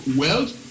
wealth